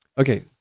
Okay